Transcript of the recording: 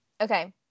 Okay